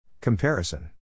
Comparison